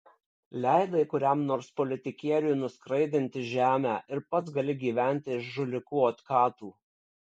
leidai kuriam nors politikieriui nuskraidinti žemę ir pats gali gyventi iš žulikų otkatų